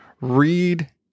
read